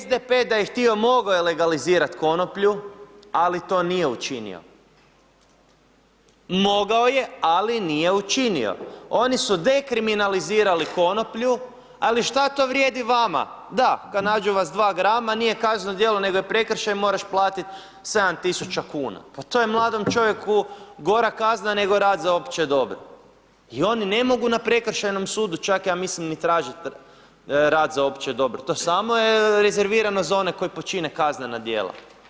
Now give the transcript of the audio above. SDP da je htio mogo je legalizirat konoplju, ali to nije učinio, mogao je ali nije učinio, oni su dekriminalizirali konoplju ali šta to vrijedi vama, da, kad nađu vas 2 grama nije kazneno djelo, nego je prekršaj, moraš platiti 7.000 kuna, pa to je mladom čovjeku gora kazna nego rad za opće dobro i oni ne mogu na prekršajnom sudu čak ja mislim ni tražit rad za opće dobro, to samo je rezervirano za one koji počine kaznena djela.